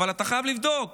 אתה חייב לבדוק